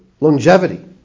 longevity